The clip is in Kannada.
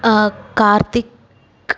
ಕಾರ್ತಿಕ್